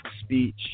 speech